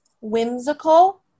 whimsical